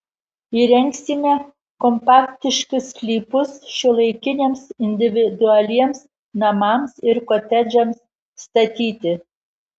įrengsime kompaktiškus sklypus šiuolaikiniams individualiems namams ir kotedžams statyti